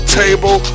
table